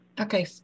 Okay